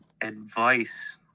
advice